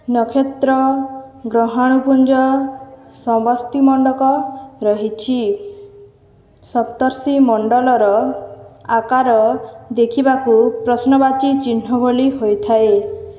ନକ୍ଷତ୍ର ଗ୍ରହାଣୁପୁଞ୍ଜ ସମସ୍ତିମଣ୍ଡକ ରହିଛି ସପ୍ତର୍ଷୀ ମଣ୍ଡଳର ଆକାର ଦେଖିବାକୁ ପ୍ରଶ୍ନବାଚୀ ଚିହ୍ନବଳି ହୋଇଥାଏ